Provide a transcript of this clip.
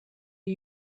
are